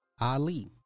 Ali